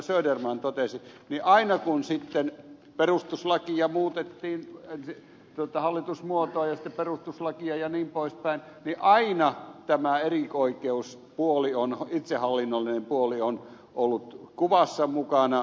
söderman totesi niin aina kun sitten perustuslakia muutettiin hallitusmuotoa ja sitten perustuslakia ja niin pois päin niin aina tämä erioikeuspuoli itsehallinnollinen puoli on ollut kuvassa mukana